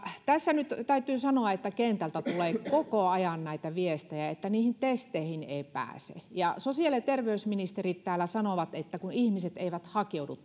tässä nyt täytyy sanoa että kentältä tulee koko ajan näitä viestejä että niihin testeihin ei pääse ja kun sosiaali ja terveysministerit täällä sanovat että ihmiset eivät hakeudu